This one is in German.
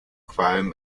qualm